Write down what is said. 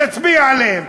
נצביע עליהם.